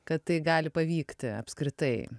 kad tai gali pavykti apskritai